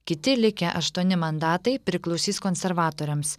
kiti likę aštuoni mandatai priklausys konservatoriams